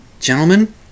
gentlemen